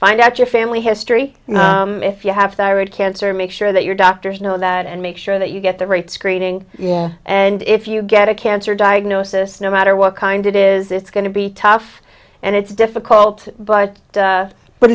find out your family history if you have tirade cancer make sure that your doctors know that and make sure that you get the right screening yeah and if you get a cancer diagnosis no matter what kind it is it's going to be tough and it's difficult but